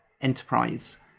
Enterprise